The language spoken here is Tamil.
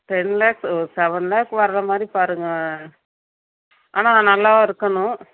டென் லாக்ஸ் ஒரு செவன் லாக் வர்ற மாதிரி பாருங்க ஆனால் நல்லா இருக்கணும்